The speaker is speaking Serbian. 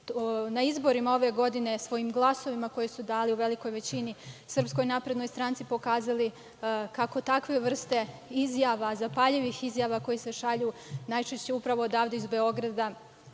na izborima ove godine svojim glasovima koje su dali u velikoj većini SNS pokazali kako takve vrste izjava, zapaljivih izjava koje se šalju, najčešće upravo odavde iz Beograda